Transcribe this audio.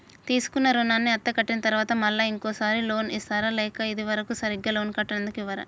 తీసుకున్న రుణాన్ని అత్తే కట్టిన తరువాత మళ్ళా ఇంకో సారి లోన్ ఇస్తారా లేక ఇది వరకు సరిగ్గా లోన్ కట్టనందుకు ఇవ్వరా?